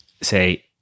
say